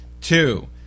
two